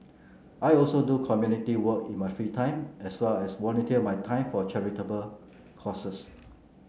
I also do community work in my free time as well as volunteer my time for charitable causes